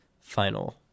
final